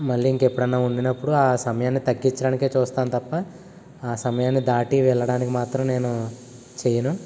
మళ్ళీ ఇంకెప్పుడన్నా వండినప్పుడు ఆ సమయాన్ని తగ్గించడానికె చూస్తాం తప్ప ఆ సమయాన్ని దాటి వెళ్ళడానికి మాత్రం నేను చేయను